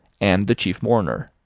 and the chief mourner.